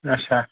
اچھا